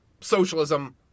socialism